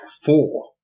four